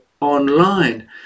online